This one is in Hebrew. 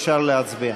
אפשר להצביע.